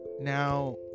now